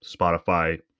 Spotify